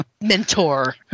mentor